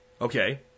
Okay